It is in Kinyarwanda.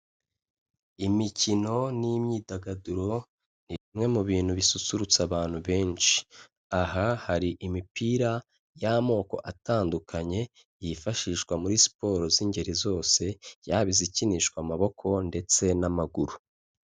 Imikino n'imyidagaduro, ni bimwe mu bintu bisusurutsa abantu benshi, aha hari imipira y'amoko atandukanye, yifashishwa muri siporo z'ingeri zose, yaba izikinishwa amaboko ndetse n'amaguru.